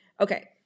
Okay